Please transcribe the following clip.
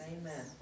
Amen